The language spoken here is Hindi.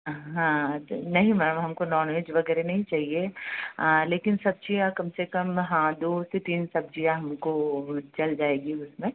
हाँ तो नहीं मैम हम को नॉन वेज वगैरह नहीं चाहिए लेकिन सब्जियां कम से कम हाँ दो से तीन सब्जियां हम को चल जाएगी उसमें